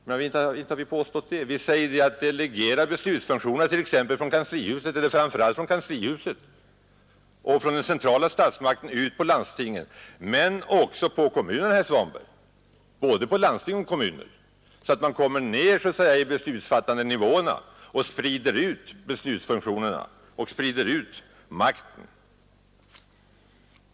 Inte har vi påstått det! Vi säger att man skall delegera beslutsfunktionerna från kanslihuset och den centrala statsmakten ut till landstingen men också till kommunerna, herr Svanberg, så att man så att säga kommer nedåt i fråga om de beslutsfattande nivåerna och sprider ut beslutsfunktionerna, sprider makten.